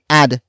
add